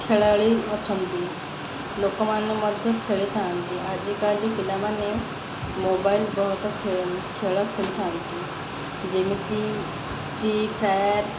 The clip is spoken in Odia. ଖେଳାଳି ଅଛନ୍ତି ଲୋକମାନେ ମଧ୍ୟ ଖେଳିଥାନ୍ତି ଆଜିକାଲି ପିଲାମାନେ ମୋବାଇଲ୍ ବହୁତ ଖେଳ ଖେଳିଥାନ୍ତି ଯେମିତିି ଫ୍ରି ଫାୟାର୍